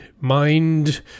mind